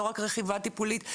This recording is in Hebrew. לא רק רכיבה טיפולית,